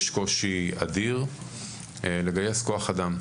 יש קושי אדיר לגייס כוח אדם,